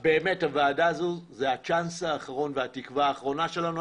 באמת הוועדה הזו זה הצ'אנס האחרון והתקווה האחרונה שלנו.